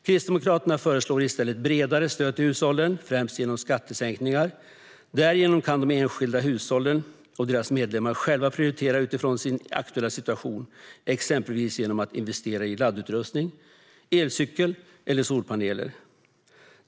Kristdemokraterna föreslår i stället bredare stöd till hushållen, främst genom skattesänkningar. Därigenom kan de enskilda hushållen och deras medlemmar själva prioritera utifrån sin aktuella situation, exempelvis genom att investera i laddutrustning, elcykel eller solpaneler.